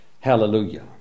Hallelujah